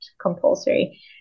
compulsory